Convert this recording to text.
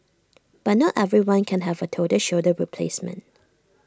but not everyone can have A total shoulder replacement